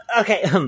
Okay